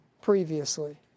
previously